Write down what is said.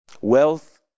Wealth